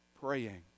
praying